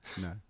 No